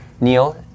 Neil